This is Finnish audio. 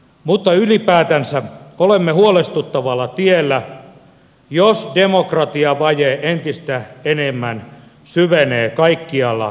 mutta ylipäätänsä olemme huolestuttavalla tiellä jos demokratiavaje entistä enemmän syvenee kaikkialla euroopassa